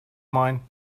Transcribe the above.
mine